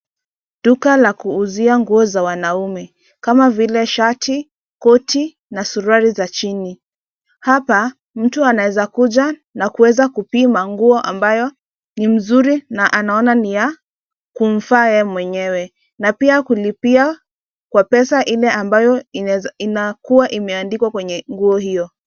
Duka la kuuzia nguo za wanaume kama vile shati, koti na suruali za chini. Hapa mtu anaweza kuja na kuweza kupima nguo ambayo ni mzuri na anaona ni ya kumfaa yeye mwenyewe na pia kulipia kwa pesa ile ambayo inakua imeandikwa kwenye nguo hio.